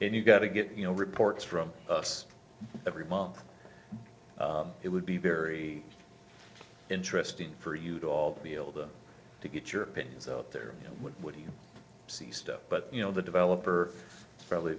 and you've got to get you know reports from us every month it would be very interesting for you to all deal them to get your opinions out there you know what you see stuff but you know the developer probably